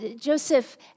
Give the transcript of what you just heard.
Joseph